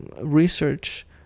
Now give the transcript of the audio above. research